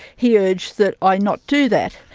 he urged that i not do that.